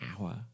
hour